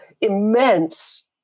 immense